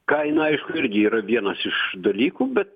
kaina aišku irgi yra vienas iš dalykų bet